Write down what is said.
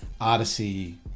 odyssey